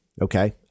Okay